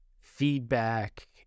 feedback